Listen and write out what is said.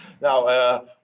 now